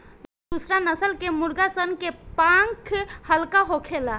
दुसरा नस्ल के मुर्गा सन के पांख हल्का होखेला